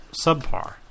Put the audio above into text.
subpar